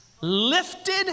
lifted